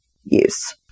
use